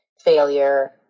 failure